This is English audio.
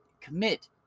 commit